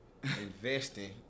investing